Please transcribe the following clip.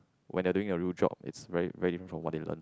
when they are doing a real job is very very different from what they learned